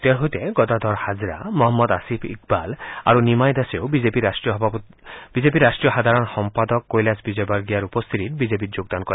তেওঁ লগতে গদাধৰ হাজৰা মহম্মদ আছিক ইকবাল আৰু নিমাই দাসে বিজেপিৰ ৰাষ্ট্ৰীয় সাধাৰণ সম্পাদক কৈলাশ বিজয় বৰ্গিয়াৰ উপস্থিতিত বিজেপিত যোগদান কৰিব